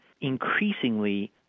increasingly